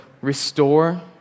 restore